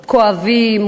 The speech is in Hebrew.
כואבים,